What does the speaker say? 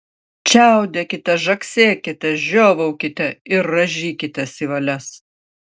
čiaudėkite žagsėkite žiovaukite ir rąžykitės į valias